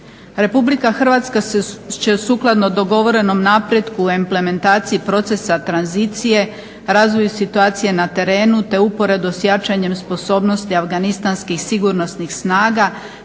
Republika Hrvatska će sukladno dogovorenom napretku u implementaciji procesa tranzicije, razvoju situacije na terenu te uporedo s jačanjem sposobnosti afganistanskih sigurnosnih snaga